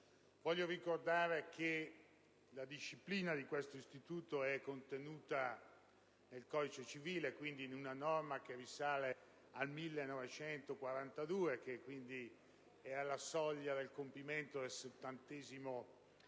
Voglio ricordare che la disciplina di questo istituto è contenuta nel codice civile, quindi in una normativa che risale al 1942 e che è alla soglia del compimento del 70° anniversario.